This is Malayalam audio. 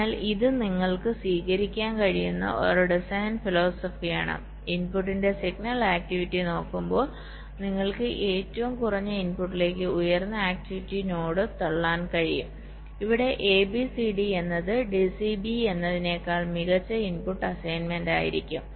അതിനാൽ ഇത് നിങ്ങൾക്ക് സ്വീകരിക്കാൻ കഴിയുന്ന ഒരു ഡിസൈൻ ഫിലോസഫിയാണ് ഇൻപുട്ടിന്റെ സിഗ്നൽ ആക്റ്റിവിറ്റി നോക്കുമ്പോൾ നിങ്ങൾക്ക് ഏറ്റവും കുറഞ്ഞ ഇൻപുട്ടിലേക്ക് ഉയർന്ന ആക്റ്റിവിറ്റി നോഡ് തള്ളാൻ കഴിയും ഇവിടെ a b c d എന്നത് d c b a എന്നതിനേക്കാൾ മികച്ച ഇൻപുട്ട് അസൈൻമെന്റ് ആയിരിക്കും